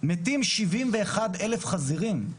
מתים 71,000 חזירים,